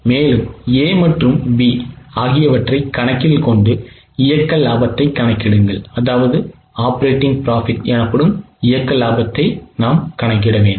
மேலும் A மற்றும் B ஆகியவற்றை கணக்கில் கொண்டு இயக்க லாபத்தைக் கணக்கிடுங்கள்